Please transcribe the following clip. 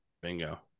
Bingo